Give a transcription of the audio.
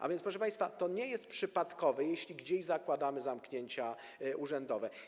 A więc, proszę państwa, to nie jest przypadkowe, jeśli gdzieś zakładamy zamknięcia urzędowe.